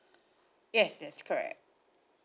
yes yes correct